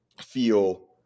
feel